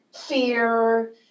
fear